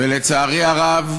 ולצערי הרב,